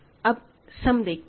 अब सम देखते हैं